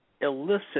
elicit